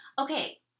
Okay